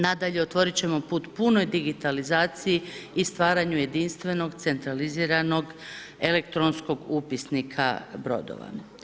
Nadalje, otvorit ćemo put punoj digitalizaciji i stvaranju jedinstvenog centraliziranog elektronskog upisnika brodova.